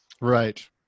Right